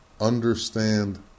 understand